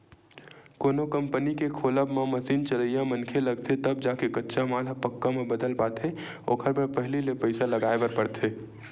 कोनो कंपनी के खोलब म मसीन चलइया मनखे लगथे तब जाके कच्चा माल ह पक्का म बदल पाथे ओखर बर पहिली ले पइसा लगाय बर परथे